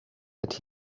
that